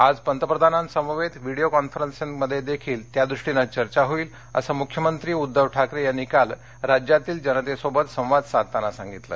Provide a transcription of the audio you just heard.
आज पंतप्रधानांसमवेत व्हिडिओ कॉन्फरन्समध्येदेखील यादृष्टीने चर्चा होईल असे मुख्यमंत्री उद्दव ठाकरे यांनी काल राज्यातील जनतेसोबत संवाद साधताना सांगितले